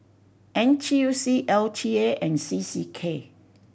N T U C L T A and C C K